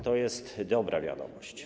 To jest dobra wiadomość.